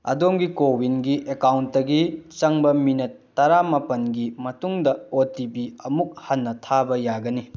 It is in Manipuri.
ꯑꯗꯣꯝꯒꯤ ꯀꯣꯋꯤꯟꯒꯤ ꯑꯦꯛꯀꯥꯎꯟꯇꯒꯤ ꯆꯪꯕ ꯃꯤꯅꯠ ꯇꯔꯥꯃꯥꯄꯜꯒꯤ ꯃꯇꯨꯡꯗ ꯑꯣ ꯇꯤ ꯄꯤ ꯑꯃꯨꯛ ꯍꯟꯅ ꯊꯥꯕ ꯌꯥꯒꯅꯤ